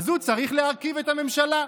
אז הוא צריך להרכיב את הממשלה.